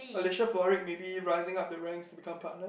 Alicia Florrick maybe rising up the ranks to become partner